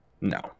No